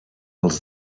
als